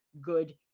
good